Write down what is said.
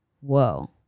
Whoa